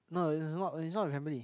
no is not is not with family